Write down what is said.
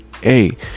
hey